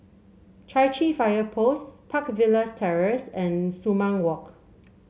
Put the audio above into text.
Chai Chee Fire Post Park Villas Terrace and Sumang Walk